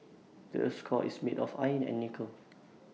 the Earth's core is made of iron and nickel